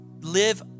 Live